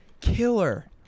killer